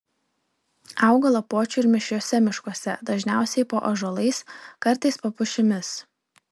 auga lapuočių ir mišriuose miškuose dažniausiai po ąžuolais kartais po pušimis